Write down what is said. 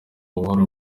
buhoro